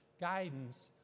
guidance